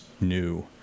new